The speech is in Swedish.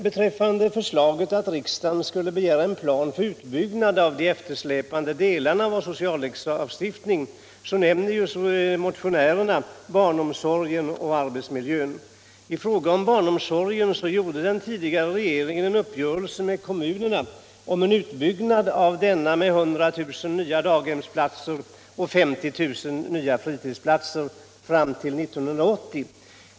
Beträffande förslaget att riksdagen skulle begära en plan för utbyggnad av de eftersläpande delarna av vår sociallagstuftning nämner motionärerna barnomsorgen och arbetsmiljön. I fråga om barnomsorgen träffade den tidigare regeringen en uppgörelse med kommunerna om en utbyggnad av denna med 100 000 nya dapghemsptlatser och 50 000 nya fritidsplatser fram till år 1980.